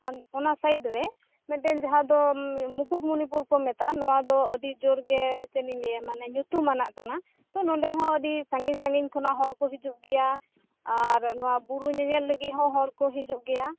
ᱚᱱᱟ ᱥᱟᱭᱤᱰ ᱨᱮ ᱢᱤᱫᱴᱮᱱ ᱡᱟᱦᱟᱸ ᱫᱚ ᱢᱩᱠᱩᱴᱢᱩᱱᱤ ᱯᱩᱨ ᱠᱚ ᱢᱮᱛᱟᱜ ᱟ ᱱᱚᱶᱟ ᱫᱚ ᱟᱹᱰᱤ ᱡᱳᱨᱜᱮ ᱪᱮᱫ ᱤᱧ ᱞᱟ ᱭᱟ ᱢᱟᱱᱮ ᱧᱩᱛᱩᱢᱟᱜ ᱠᱟᱱᱟ ᱛᱚ ᱱᱚᱸᱰᱮ ᱦᱚᱸ ᱟᱹᱰᱤ ᱥᱟᱺᱜᱤᱧ ᱥᱟᱺᱜᱤᱧ ᱠᱷᱚᱱᱟᱜ ᱦᱚᱲ ᱠᱚ ᱦᱤᱡᱩᱜ ᱜᱮᱭᱟ ᱟᱨ ᱱᱚᱣᱟ ᱵᱩᱨᱩ ᱧᱮᱧᱮᱞ ᱞᱟ ᱜᱤᱫ ᱦᱚᱸ ᱦᱚᱲ ᱠᱚ ᱦᱤᱡᱩᱜ ᱜᱮᱭᱟ